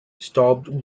stopped